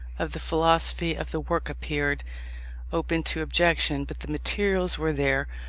of the philosophy of the work appeared open to objection but the materials were there,